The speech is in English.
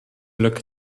look